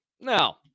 Now